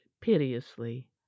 piteously